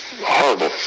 horrible